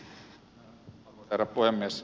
herra puhemies